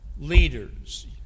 leaders